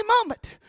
moment